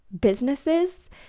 businesses